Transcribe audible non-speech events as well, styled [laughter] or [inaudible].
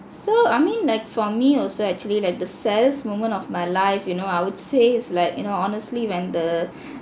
so I mean like for me also actually like the saddest moment of my life you know I would say is like you know honestly when the [breath]